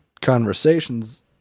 conversations